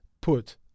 put